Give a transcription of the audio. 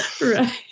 Right